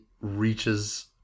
reaches